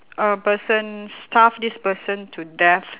uh person starve this person to death